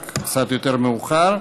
רק קצת יותר מאוחר.